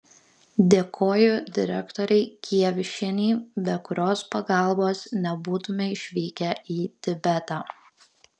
dėkoju direktorei kievišienei be kurios pagalbos nebūtume išvykę į tibetą